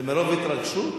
זה מרוב התרגשות?